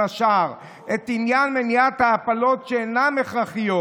השאר את עניין מניעת ההפלות שאינן הכרחיות,